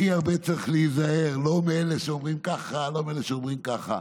הכי הרבה צריך להיזהר לא מאלה שאומרים ככה ולא מאלה שאומרים ככה,